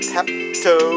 Pepto